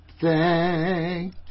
Thank